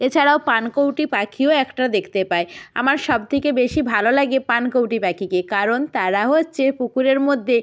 এছাড়াও পানকৌটি পাখিও একটা দেখতে পাই আমার সবথেকে বেশি ভালো লাগে পানকৌটি পাখিকে কারণ তারা হচ্ছে পুকুরের মধ্যে